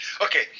Okay